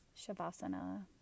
Shavasana